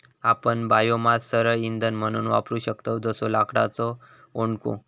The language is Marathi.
आपण बायोमास सरळ इंधन म्हणून वापरू शकतव जसो लाकडाचो ओंडको